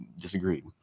disagreed